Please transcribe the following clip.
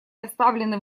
оставлены